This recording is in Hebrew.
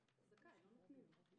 זכאי, אבל לא נותנים לו.